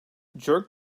jerk